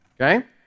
Okay